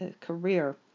career